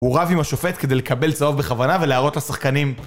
הוא רב עם השופט כדי לקבל צהוב בכוונה, ולהראות לשחקנים...